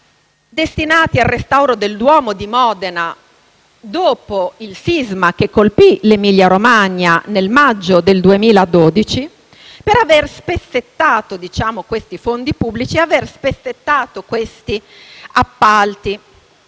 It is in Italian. destinati al restauro del Duomo di Modena dopo il sisma che colpì l'Emilia-Romagna nel maggio del 2012, per aver spezzettato detti fondi pubblici e i relativi appalti.